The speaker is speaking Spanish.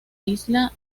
isla